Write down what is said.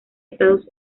estados